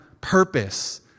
purpose